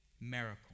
miracle